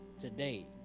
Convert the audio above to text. today